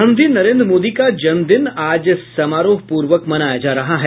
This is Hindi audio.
प्रधानमंत्री नरेन्द्र मोदी का जन्मदिन आज समारोहपूर्वक मनाया जा रहा है